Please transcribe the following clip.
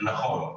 נכון.